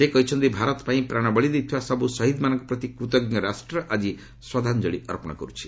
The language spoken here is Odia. ସେ କହିଛନ୍ତି ଭାରତ ପାଇଁ ପ୍ରାଶବଳି ଦେଇଥିବା ସବୁ ଶହୀଦ ମାନଙ୍କ ପ୍ରତି କୃତଜ୍ଞ ରାଷ୍ଟ୍ର ଆଜି ଶ୍ରଦ୍ଧାଞ୍ଜଳି ଅର୍ପଣ କରୁଛି